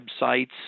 websites